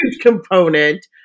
component